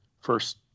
first